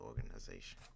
organization